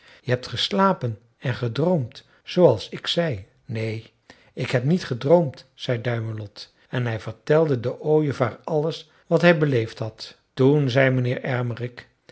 je hebt geslapen en gedroomd zooals ik zei neen ik heb niet gedroomd zei duimelot en hij vertelde den ooievaar alles wat hij beleefd had toen zei mijnheer ermerik